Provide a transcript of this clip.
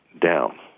down